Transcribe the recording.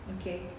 Okay